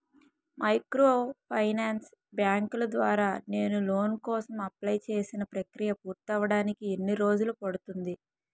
Microfinance బ్యాంకుల ద్వారా నేను లోన్ కోసం అప్లయ్ చేసిన ప్రక్రియ పూర్తవడానికి ఎన్ని రోజులు పడుతుంది?